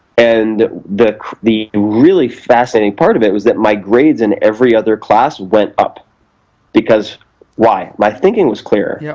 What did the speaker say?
and the the really fascinating part of it was that my grades in every other class went up because why? my thinking was clearer. yeah